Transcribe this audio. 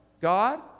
God